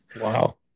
wow